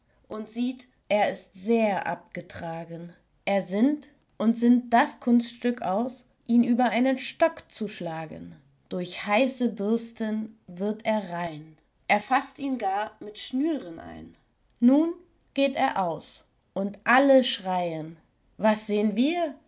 und sieht er ist sehr abgetragen er sinnt und sinnt das kunststück aus ihn über einen stock zu schlagen durch heiße bürsten wird er rein er faßt ihn gar mit schnüren ein nun geht er aus und alle schreien was sehn wir